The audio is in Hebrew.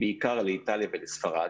בעיקר באיטליה וספרד,